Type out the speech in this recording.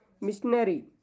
missionary